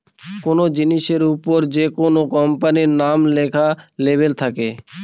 কোনো জিনিসের ওপর যেকোনো কোম্পানির নাম লেখা লেবেল থাকে